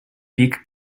beak